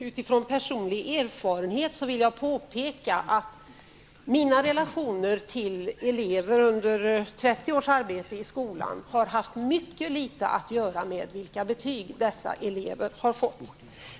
Utifrån personlig erfarenhet vill jag påpeka att mina relationer till elever under 30 års arbete i skolan har haft mycket litet att göra med vilka betyg eleverna har fått.